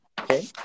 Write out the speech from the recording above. okay